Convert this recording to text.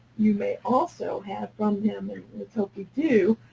you may also have from him, and let's hope you do,